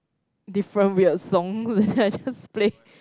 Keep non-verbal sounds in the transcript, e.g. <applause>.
different weird songs <laughs> I just play